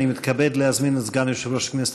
אני מתכבד להזמין את סגן יושב-ראש הכנסת,